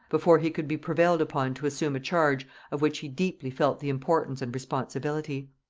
before he could be prevailed upon to assume a charge of which he deeply felt the importance and responsibility.